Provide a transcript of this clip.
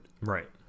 right